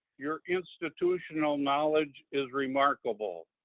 your institutional knowledge is remarkable.